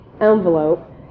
envelope